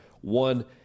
One